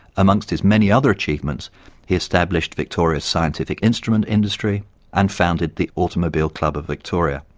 amongst his many other achievements he established victoria's scientific instrument industry and founded the automobile club of victoria.